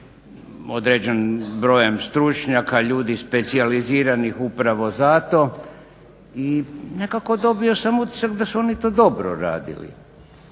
određenim brojem stručnjaka, ljudi specijaliziranih upravo za to i nekako dobio sam utisak da su oni to dobro radili.